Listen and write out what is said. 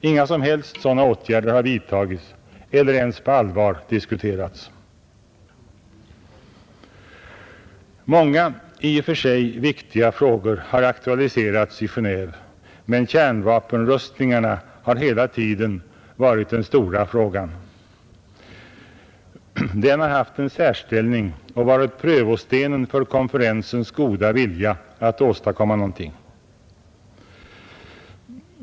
Inga som helst åtgärder har vidtagits eller ens på allvar diskuterats. Många i och för sig viktiga frågor har aktualiserats i Genéve, men kärnvapenrustningarna har hela tiden varit den stora frågan. De har haft en särställning och varit prövostenen för konferensens goda vilja att åstadkomma någonting.